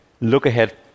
look-ahead